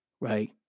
right